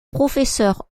professeur